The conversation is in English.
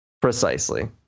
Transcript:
precisely